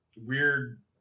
weird